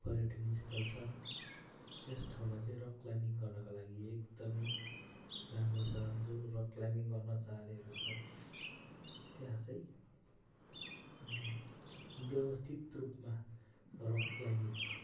पर्यटन स्थल छ त्यस ठाउँमा चाहिँ रक क्लाइम्बिङ गर्नको लागि एकदम राम्रो छ जो रक क्लाइम्बिङ चाहनेहरू छ त्यहाँ चाहिँ व्यवस्थित रूपमा रक क्लाइम्बिङ